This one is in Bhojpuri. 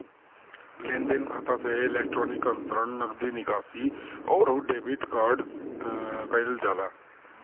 लेनदेन खाता से इलेक्ट्रोनिक अंतरण, नगदी निकासी, अउरी डेबिट कईल जाला